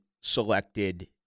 selected